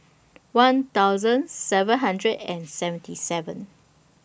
one thousand seven hundred and seventy seven